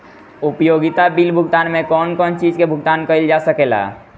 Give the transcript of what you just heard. उपयोगिता बिल भुगतान में कौन कौन चीज के भुगतान कइल जा सके ला?